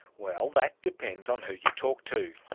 well, that depends on who you talk to.